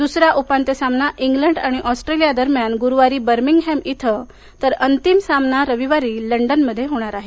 दुसरा उपांत्य सामना इंग्लंड आणि ऑस्ट्रेलियादरम्यान गुरूवारी बर्मिंगहॅम इथं तर अंतिम सामना रविवारी लंडनमध्ये होणार आहे